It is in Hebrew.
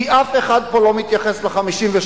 כי אף אחד פה לא מתייחס ל-52%,